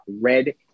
red